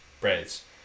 breads